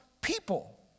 people